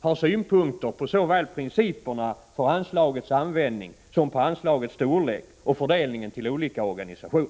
har synpunkter på såväl principerna för anslagets användning som på anslagets storlek och fördelningen till olika organisationer.